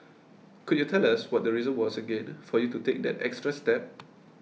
could you tell us what the reason was again for you to take that extra step